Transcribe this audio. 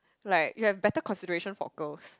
like you have better consideration for girls